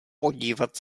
podívat